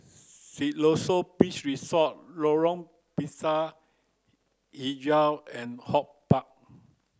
Siloso Beach Resort Lorong Pisang Hijau and HortPark